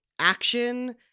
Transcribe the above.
action